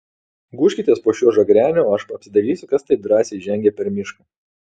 gūžkitės po šiuo žagreniu o aš apsidairysiu kas taip drąsiai žengia per mišką